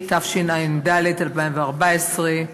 התשע"ד 2014,